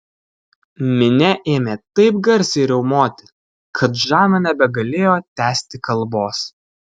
minia ėmė taip garsiai riaumoti kad žana nebegalėjo tęsti kalbos